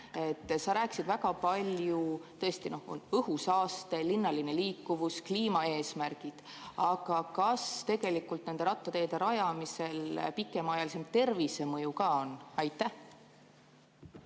Sa rääkisid väga palju sellest, et on õhusaaste, linnaline liikuvus, kliimaeesmärgid. Aga kas tegelikult nende rattateede rajamisel pikemaajalisem tervisemõju ka on? Aitäh,